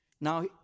Now